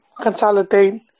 consolidate